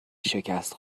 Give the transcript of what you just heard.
شکست